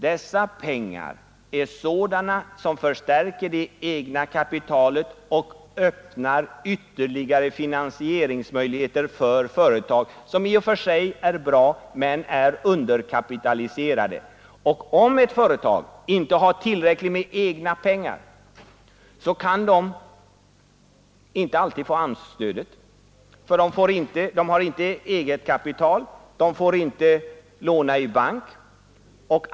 Dessa pengar förstärker alltså det egna kapitalet och öppnar ytterligare finansieringsmöjligheter för företag som i och för sig är bra men som är underkapitaliserade. Och om ett företag inte har tillräckligt med egna pengar, så kan det inte alltid få AMS-stödet. Har man inte eget kapital får man inte heller låna i bank.